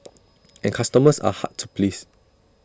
and customers are hard to please